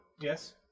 Yes